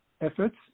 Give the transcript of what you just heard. efforts